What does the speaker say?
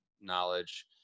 knowledge